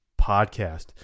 Podcast